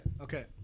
Okay